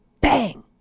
Bang